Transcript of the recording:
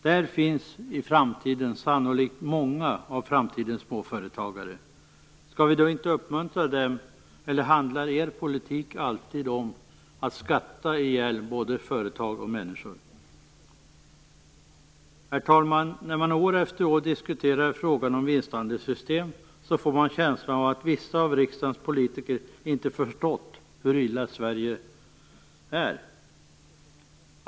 Där finns sannolikt många av framtidens småföretagare. Skall vi då inte uppmuntra dem, eller handlar er politik alltid om att skatta ihjäl både företag och människor? År efter år diskuteras frågan om vinstandelssystem. Man får då en känsla av att vissa av riksdagens politiker inte har förstått hur illa ute Sverige är.